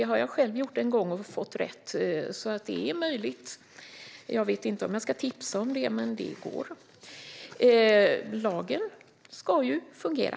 Det har jag själv gjort en gång och fått rätt, så det är möjligt. Jag vet inte om jag ska tipsa om det, men det går. Lagen ska ju fungera.